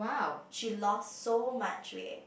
she lost so much weight